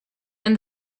and